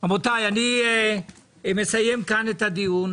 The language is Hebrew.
רבותיי, אני מסיים כאן את הדיון.